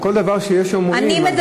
כל דבר שיש אומרים,